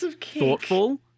thoughtful